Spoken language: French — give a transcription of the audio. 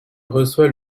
reçoit